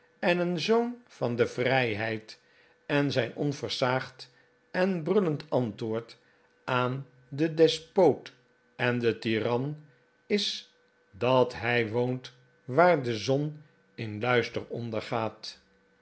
en een zoon van de vrijheid en zijn onversaagd en brullend antwoord aan den despoot en den tiran is dat hij woont waar de zon in luister ondergaat